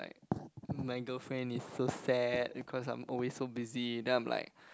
my girlfriend is so sad because I'm always so busy then I'm like